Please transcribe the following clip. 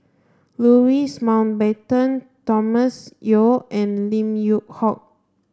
Louis Mountbatten Thomas Yeo and Lim Yew Hock